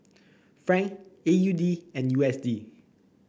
franc A U D and U S D